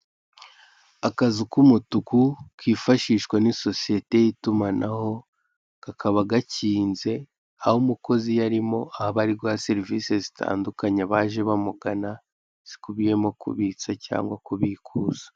Akazu k'umutuku kifashishwa n'isosiyete y'itumanaho, kakaba gakinze, aho umukozi iyo arimo, aba Ari guha serivise zitandukanye abaje bamugana, zikubiyemo kubitsa cyangwa kubikuza.